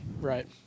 Right